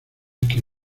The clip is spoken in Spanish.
que